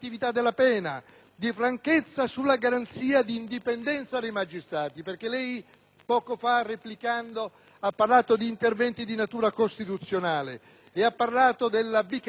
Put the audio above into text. Poco fa, replicando, lei ha parlato di interventi di natura costituzionale e della Commissione bicamerale, dove questi interventi erano previsti; ma io voglio indicarle due differenze,